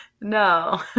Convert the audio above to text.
No